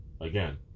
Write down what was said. Again